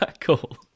Cool